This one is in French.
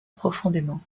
profondément